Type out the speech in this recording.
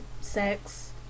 sex